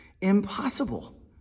impossible